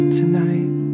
tonight